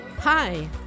Hi